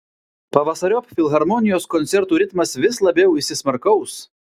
pavasariop filharmonijos koncertų ritmas vis labiau įsismarkaus